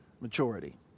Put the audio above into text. maturity